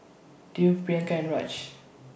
Dev Priyanka and Raj